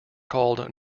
called